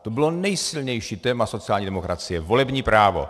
To bylo nejsilnější téma sociální demokracie, volební právo.